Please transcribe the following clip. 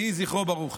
יהי זכרו ברוך.